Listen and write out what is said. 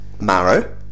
Marrow